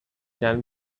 can